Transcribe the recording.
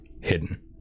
hidden